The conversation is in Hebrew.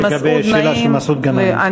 לגבי השאלה של מסעוד גנאים.